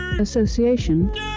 Association